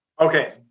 Okay